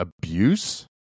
abuse